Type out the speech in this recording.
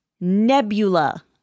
Nebula